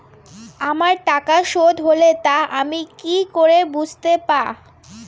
আমার টাকা শোধ হলে তা আমি কি করে বুঝতে পা?